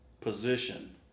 position